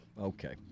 okay